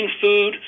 Food